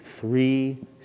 three